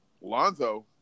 Lonzo